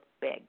big